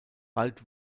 bald